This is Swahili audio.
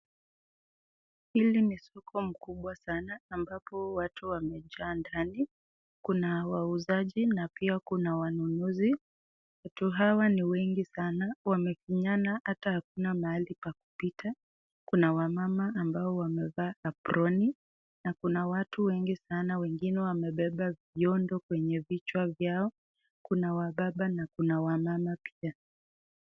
Hili ni soko mkubwa sana ambapo watu wamejaa ndani, kuna wauzaji na pia kuna wanunuzi, watu hawa ni wengi sana, wamefinyana hata hakuna mahali pa kupita, kuna wamama ambao wamevaa aproni, na kuna watu wengi sana wengine wamebeba vyondo kwenye vichwa vyao, kuna wababa na kuna wamama pia.